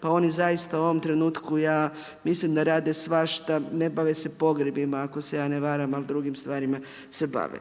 pa oni zaista u ovom trenutku, ja mislim da rade svašta, ne bave se pogrebima, ako se ja ne varam, ali drugim stvarima se bave.